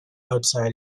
outside